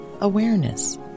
awareness